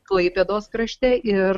klaipėdos krašte ir